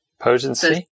potency